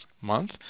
month